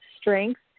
strength